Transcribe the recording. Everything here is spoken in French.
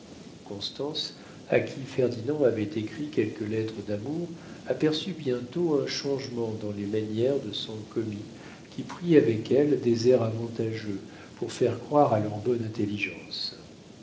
constance à qui ferdinand avait écrit quelques lettres d'amour aperçut bientôt un changement dans les manières de son commis qui prit avec elle des airs avantageux pour faire croire à leur bonne intelligence